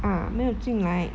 ah 没有进来